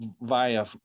via